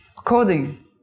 Coding